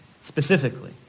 specifically